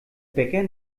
bäcker